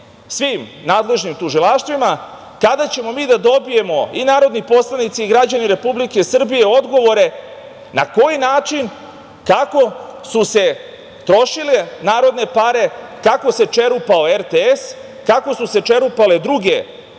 svim nadležnim tužilaštvima, kada će mi da dobijemo i narodni poslanici i građani Republike Srbije odgovore na koji način, kako su trošile narodne pare, kako se čerupao RTS, kako su se čerupale druge